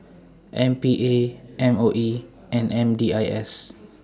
M P A M O E and M D I S